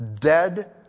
dead